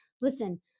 listen